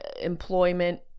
employment